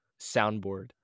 soundboard